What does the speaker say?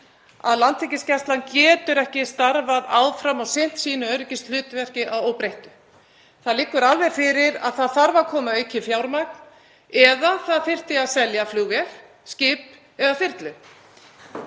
að Landhelgisgæslan getur ekki starfað áfram og sinnt sínu öryggishlutverki að óbreyttu. Það liggur alveg fyrir að það þarf að koma aukið fjármagn eða það þyrfti að selja flugvél, skip eða þyrlu.